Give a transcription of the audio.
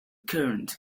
current